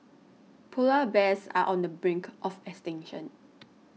Polar Bears are on the brink of extinction